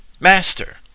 Master